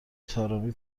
طارمی